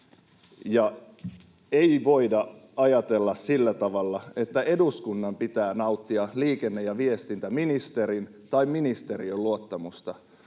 ei voida ajatella sillä tavalla, että eduskunnan pitää nauttia liikenne- ja viestintäministerin tai ‑ministeriön luottamusta.